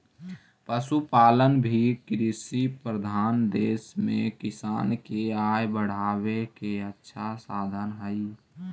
पशुपालन भी कृषिप्रधान देश में किसान के आय बढ़ावे के अच्छा साधन हइ